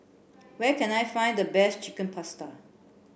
where can I find the best Chicken Pasta